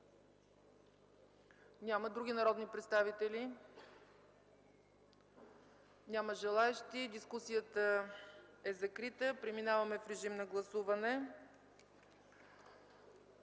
Няма. Други народни представители? Няма желаещи. Дискусията е закрита. Преминаваме към режим на гласуване.